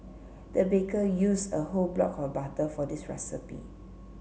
the baker used a whole block of butter for this recipe